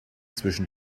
zwischen